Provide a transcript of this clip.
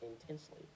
intensely